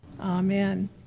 Amen